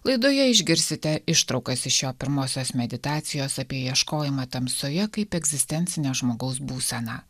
laidoje išgirsite ištraukas iš jo pirmosios meditacijos apie ieškojimą tamsoje kaip egzistencinę žmogaus būseną